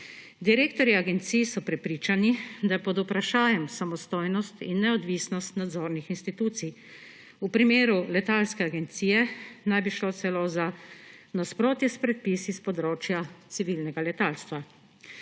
Direktorji agencij so prepričani, da je pod vprašajem samostojnost in neodvisnost nadzornih institucij, v primeru letalske agencije naj bi šlo celo za nasprotje s predpisi s področja civilnega letalstva.